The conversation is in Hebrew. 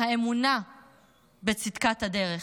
האמונה בצדקת הדרך.